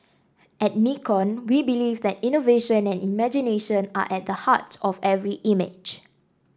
at Nikon we believe that innovation and imagination are at the heart of every image